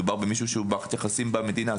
מדובר במישהו שהוא במערכת יחסים במדינה.